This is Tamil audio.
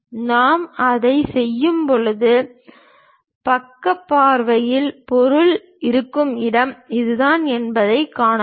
நாம் அதைச் செய்யும்போது பக்க பார்வையில் பொருள் இருக்கும் இடம் இதுதான் என்பதைக் காணலாம்